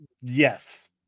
Yes